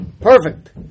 perfect